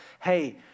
hey